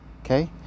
okay